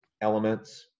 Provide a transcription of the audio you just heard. elements